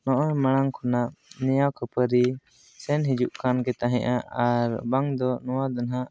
ᱱᱚᱜᱼᱚᱭ ᱢᱟᱲᱟᱝ ᱠᱷᱚᱱᱟᱜ ᱱᱮᱭᱟᱣ ᱠᱷᱟᱹᱯᱟᱹᱨᱤ ᱥᱮᱱ ᱦᱤᱡᱩᱜ ᱠᱟᱱᱜᱮ ᱛᱟᱦᱮᱸᱫᱼᱟ ᱟᱨ ᱵᱟᱝ ᱫᱚ ᱱᱚᱣᱟ ᱫᱚ ᱱᱟᱦᱟᱸᱜ